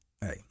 Hey